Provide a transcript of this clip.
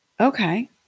okay